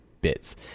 bits